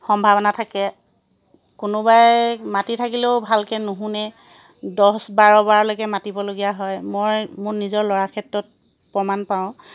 সম্ভাৱনা থাকে কোনোবাই মাতি থাকিলেও ভালকৈ নুশুনে দহ বাৰবাৰলৈকে মাতিবলগীয়া হয় মই মোৰ নিজৰ ল'ৰা ক্ষেত্ৰত প্ৰমাণ পাওঁ